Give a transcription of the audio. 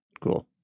Cool